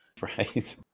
Right